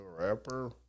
rapper